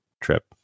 trip